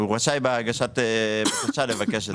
הוא רשאי בהגשת הבקשה לבקש את זה.